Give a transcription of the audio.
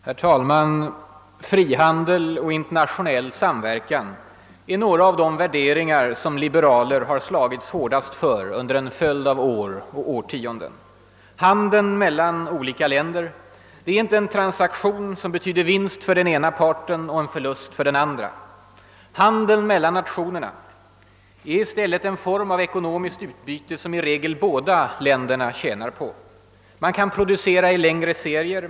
Herr talman! Frihandel och internationell samverkan är några av de värderingar, som liberaler slagits hårdast för under en följd av år och årtionden. Handeln mellan olika länder är inte en transaktion som betyder vinst för den ena parten och förlust för den andra. Handeln mellan nationerna är i stället en form av ekonomiskt utbyte, som i regel båda länderna tjänar på. Man kan därigenom producera i längre serier.